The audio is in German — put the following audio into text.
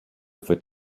wird